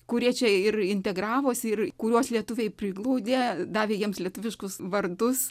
kurie čia ir integravosi ir kuriuos lietuviai priglaudė davė jiems lietuviškus vardus